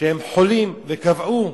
שחולים קבעו,